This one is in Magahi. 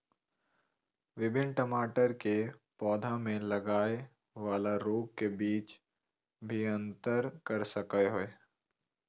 विभिन्न टमाटर के पौधा में लगय वाला रोग के बीच भी अंतर कर सकय हइ